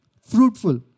Fruitful